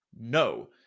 No